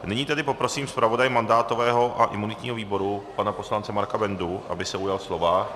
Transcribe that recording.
Nyní tedy poprosím zpravodaje mandátového a imunitního výboru, pana poslance Marka Bendu, aby se ujal slova.